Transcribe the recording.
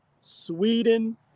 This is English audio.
Sweden